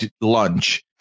lunch